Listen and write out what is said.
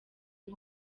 nko